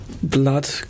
Blood